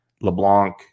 LeBlanc